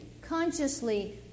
consciously